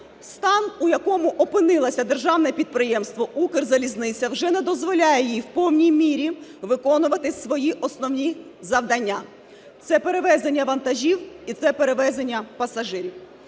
Стан, у якому опинилося Державне підприємство "Укрзалізниця", вже не дозволяє їй в повній мірі виконувати свої основні завдання: це перевезення вантажів і це перевезення пасажирів.